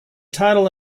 title